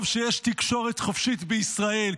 טוב שיש תקשורת חופשית בישראל.